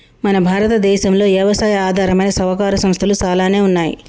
మన భారతదేసంలో యవసాయి ఆధారమైన సహకార సంస్థలు సాలానే ఉన్నాయి